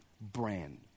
brand